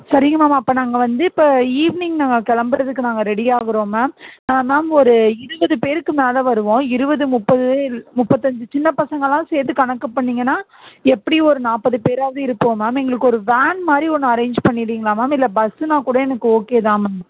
சரிங்க மேம் அப்போ நாங்கள் வந்து இப்போ ஈவினிங் நாங்கள் கிளம்புறதுக்கு நாங்கள் ரெடி ஆகுகிறோம் மேம் மேம் ஒரு இருபது பேருக்கு மேலே வருவோம் இருபது முப்பது முப்பத்தஞ்சு சின்ன பசங்களெல்லாம் சேர்த்து கணக்கு பண்ணிங்கன்னா எப்படியும் ஒரு நாற்பது பேராவது இருப்போம் மேம் எங்களுக்கு ஒரு வேன்மாதிரி ஒன்று அரேஞ்ச் பண்ணிடுவிங்களா மேம் இல்லை பஸ்ஸுனால் கூட எனக்கு ஓகே தான் மேம்